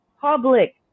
public